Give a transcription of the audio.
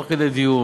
תוך כדי דיון,